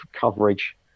coverage